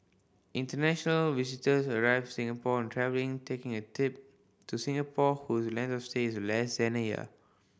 international visitors arrivals Singapore and travelling taking a tip to Singapore whose length of stay is less than a year